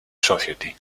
society